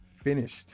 finished